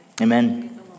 Amen